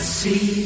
see